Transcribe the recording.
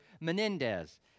Menendez